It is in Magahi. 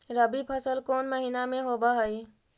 रबी फसल कोन महिना में होब हई?